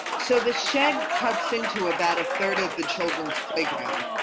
so the shed cuts into about a third of the children's playground,